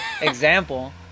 example